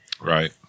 Right